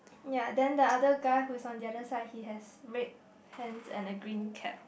ya then the other guy who is on the other side he has red pants and the green cap